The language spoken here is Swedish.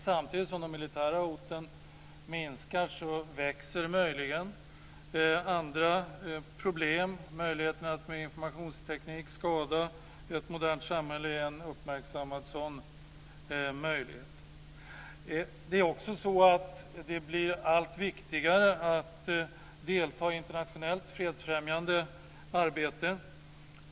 Samtidigt som de militära hoten minskar växer möjligen andra problem. Att man med hjälp av informationsteknik kan skada ett modernt samhälle är en uppmärksammad sådan möjlighet. Det blir också allt viktigare att delta i internationellt fredsfrämjande arbete.